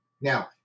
Now